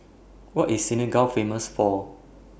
What IS Senegal Famous For